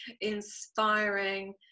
inspiring